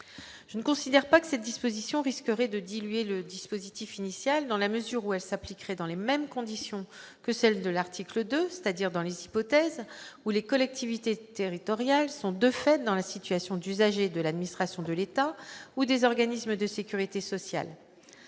Je ne considère pas que cette mesure risquerait de diluer le dispositif initial, dans la mesure où elle s'appliquerait dans les mêmes conditions que celles de l'article 2, c'est-à-dire dans les hypothèses où les collectivités territoriales sont, de fait, dans la situation d'usagers de l'administration de l'État ou des organismes de sécurité sociale.